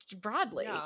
broadly